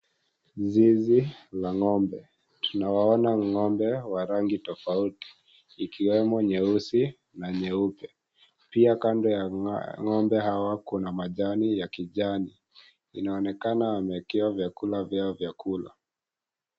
Zizi la ngombe, tunawaona ngombe wa rangi tofauti ikiwemo nyeusi na nyeupe , pia kando ya ngombe hawa kuna majani ya kijani . Inaonekana wameekewa vyaakula vyao vya kula .